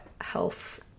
health